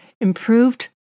Improved